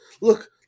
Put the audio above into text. look